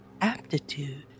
aptitude